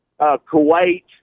Kuwait